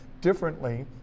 differently